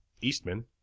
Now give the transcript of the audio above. Eastman